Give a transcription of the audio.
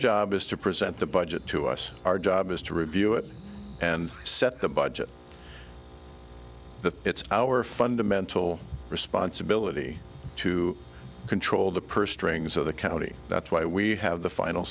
job is to present the budget to us our job is to review it and set the budget but it's our fundamental responsibility to control the purse strings of the county that's why we have the final